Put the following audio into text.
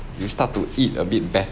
you start to eat a bit better